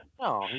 No